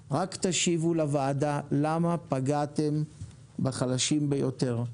אלא רק תשיבו לוועדה למה פגעתם בחלשים ביותר.